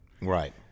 Right